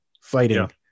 fighting